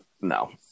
No